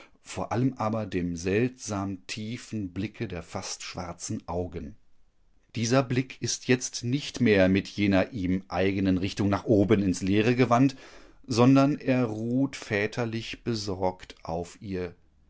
vor allem aber dem seltsam tiefen blicke der fast schwarzen augen dieser blick ist jetzt nicht mehr mit jener ihm eigenen richtung nach oben ins leere gewandt sondern er ruht väterlich besorgt auf ihr